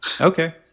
Okay